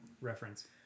reference